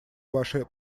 ваше